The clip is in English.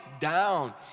down